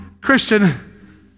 Christian